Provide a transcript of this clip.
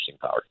power